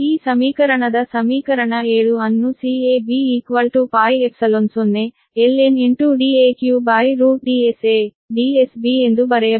ಈ ಸಮೀಕರಣದ ಸಮೀಕರಣ 7 ಅನ್ನು CAB 0right ln DeqDSADSB ಎಂದು ಬರೆಯಬಹುದು